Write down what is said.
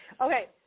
okay